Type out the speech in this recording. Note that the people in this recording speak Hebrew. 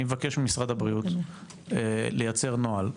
אני מבקש ממשרד הבריאות לייצר נוהל,